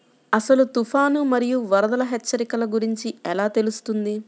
అసలు తుఫాను మరియు వరదల హెచ్చరికల గురించి ఎలా తెలుస్తుంది?